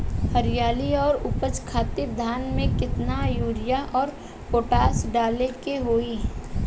हरियाली और उपज खातिर धान में केतना यूरिया और पोटाश डाले के होई?